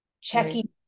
checking